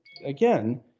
Again